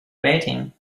waiting